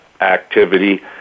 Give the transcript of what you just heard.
activity